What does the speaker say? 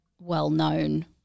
well-known